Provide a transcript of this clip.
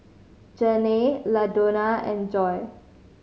Janay Ladonna and Joye